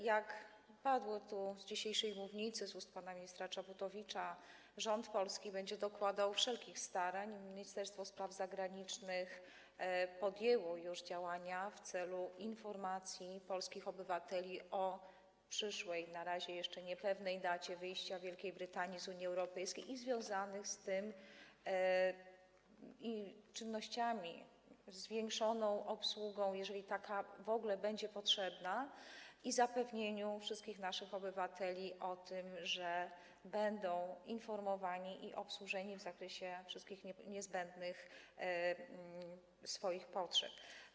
Jak padło tu dzisiaj z mównicy, z ust pana ministra Czaputowicza, polski rząd będzie dokładał wszelkich starań i Ministerstwo Spraw Zagranicznych podjęło już działania w celu poinformowania polskich obywateli o przyszłej, na razie jeszcze niepewnej, dacie wyjścia Wielkiej Brytanii z Unii Europejskiej i związanych z tym czynnościach, chodzi o zwiększoną obsługę, jeżeli taka w ogóle będzie potrzebna, i zapewnienie wszystkich naszych obywateli o tym, że będą informowani i obsłużeni w zakresie wszystkich niezbędnych do zaspokojenia potrzeb.